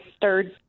third